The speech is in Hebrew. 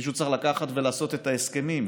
מישהו צריך לקחת ולעשות את ההסכמים,